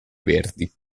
verdi